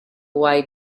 why